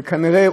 וכנראה,